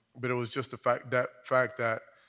but it was just the fact that fact that